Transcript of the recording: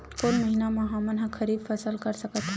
कोन महिना म हमन ह खरीफ फसल कर सकत हन?